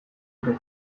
dute